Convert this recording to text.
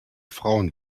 frauen